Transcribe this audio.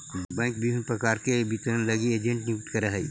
bank विभिन्न प्रकार के कर वितरण लगी एजेंट नियुक्त करऽ हइ